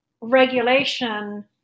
regulation